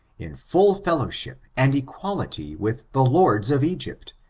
in full fellow ship and equality with the lords of egypt,